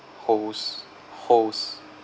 holes holes